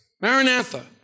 Maranatha